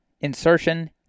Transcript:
insertion